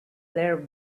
there